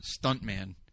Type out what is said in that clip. stuntman